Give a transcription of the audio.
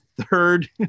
third